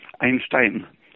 Einstein